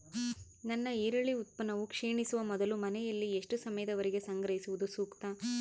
ನನ್ನ ಈರುಳ್ಳಿ ಉತ್ಪನ್ನವು ಕ್ಷೇಣಿಸುವ ಮೊದಲು ಮನೆಯಲ್ಲಿ ಎಷ್ಟು ಸಮಯದವರೆಗೆ ಸಂಗ್ರಹಿಸುವುದು ಸೂಕ್ತ?